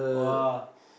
!wah!